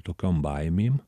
tokiom baimėm